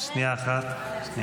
שנייה אחת.